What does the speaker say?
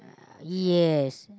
uh yes